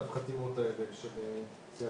להסדיר את הנושא הזה בצורה כוללנית,